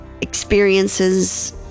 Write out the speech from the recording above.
experiences